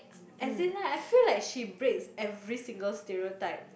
as in like I feel like she breaks every single stereotype